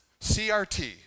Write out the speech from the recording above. CRT